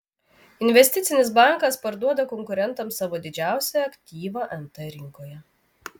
investicinis bankas parduoda konkurentams savo didžiausią aktyvą nt rinkoje